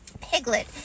Piglet